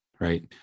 right